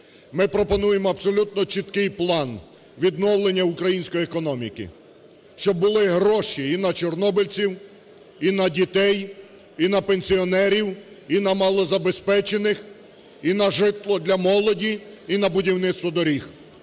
Ми пропонуємо абсолютно чіткий план відновлення української економіки, щоб були гроші і на чорнобильців, і на дітей, і на пенсіонерів, і на малозабезпечених, і на житло для молоді, і на будівництво доріг,